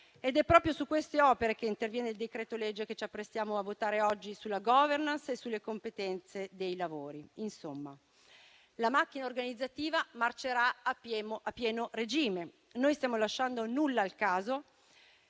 È proprio su queste opere che interviene il decreto-legge che ci apprestiamo a votare oggi, sulla *governance* e sulle competenze dei lavori. Insomma, la macchina organizzativa marcerà a pieno regime. Non stiamo lasciando nulla al caso,